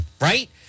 right